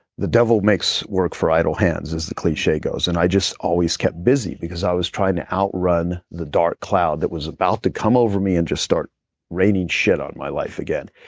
the devil makes work for idle hands as the cliche goes, and i just always kept busy because i was trying to outrun the dark cloud that was about to come over me and just start raining shit on my life again.